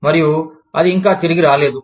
మరియు అది ఇంకా తిరిగి రాలేదు